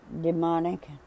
demonic